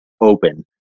open